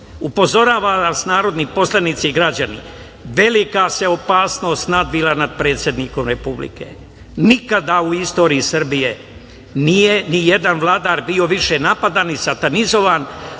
Upozoravam vas, narodni poslanici i građani, velika se opasnost nadvila nad predsednikom Republike. Nikada u istoriji Srbije nije nijedan vladar bio više napadan i satanizovan,